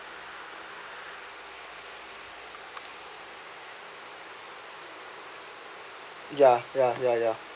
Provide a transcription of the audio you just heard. ya ya ya ya